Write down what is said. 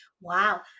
Wow